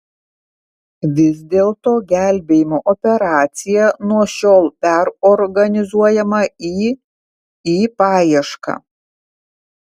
vis dėlto gelbėjimo operacija nuo šiol perorganizuojama į į paiešką